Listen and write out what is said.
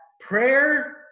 prayer